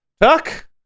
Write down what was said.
Tuck